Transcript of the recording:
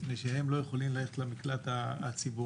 מפני שהם לא יכולים ללכת למקלט הציבורי,